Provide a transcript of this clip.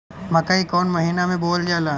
मकई कौन महीना मे बोअल जाला?